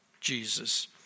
Jesus